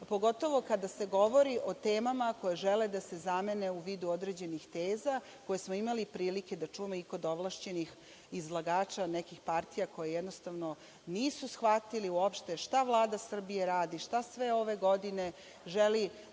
pogotovo kada se govori o temama koje žele da se zamene u vidu određenih teza koje smo imali prilike da čujemo i kod ovlašćenih izlagača nekih partija koji jednostavno nisu shvatili šta Vlada Srbije radi, šta sve ove godine želi